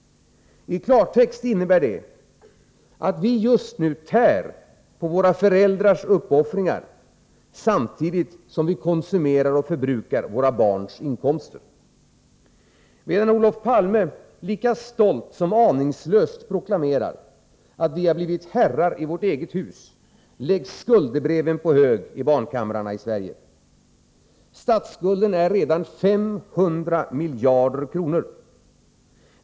I klartext innebär det att vi just nu tär på våra föräldrars uppoffringar, samtidigt som vi konsumerar och förbrukar våra barns inkomster. Medan Olof Palme lika stolt som aningslöst proklamerar ”att vi har blivit herrar i vårt eget hus”, läggs skuldebreven på hög i barnkamrarna i Sverige. Statsskulden är redan 500 miljarder kronor.